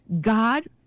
God